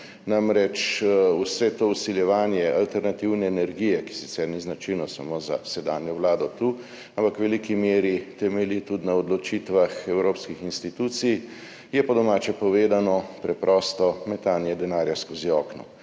Namreč, vse to vsiljevanje alternativne energije, ki sicer ni značilno samo za sedanjo vlado tu, ampak v veliki meri temelji tudi na odločitvah evropskih institucij, je po domače povedano preprosto metanje denarja skozi okno.